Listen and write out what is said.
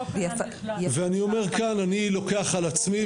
אני אומר אני לוקח כאן על עצמי,